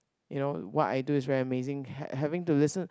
you know what I do is very amazing ha~ having to listen